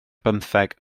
bymtheg